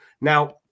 Now